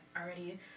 already